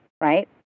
right